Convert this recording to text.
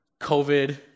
covid